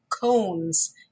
cones